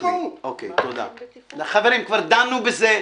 -- דנו בזה,